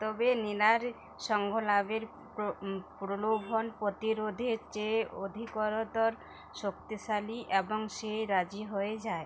তবে নীনার সঙ্গলাভের প্র প্রলোভন প্রতিরোধের চেয়ে অধিকর তর শক্তিশালী অ্যাবং সে রাজি হয়ে যায়